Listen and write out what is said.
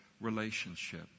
relationship